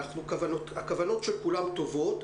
הכוונות של כולם טובות.